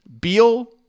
Beal